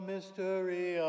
Mystery